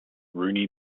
rooney